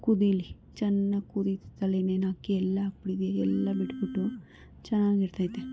ಕುದಿಲಿ ಚೆನ್ನಾಗಿ ಕುದಿಯುತಲೇನೆ ಅಕ್ಕಿ ಎಲ್ಲ ಹಾಕ್ಬಿಟ್ಟಿದ್ದೀನಿ ಎಲ್ಲ ಚೆನ್ನಾಗಿರ್ತೈತೆ